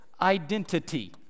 identity